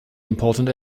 important